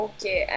Okay